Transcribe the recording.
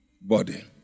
body